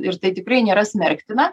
ir tai tikrai nėra smerktina